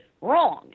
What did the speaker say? wrong